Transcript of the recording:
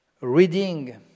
reading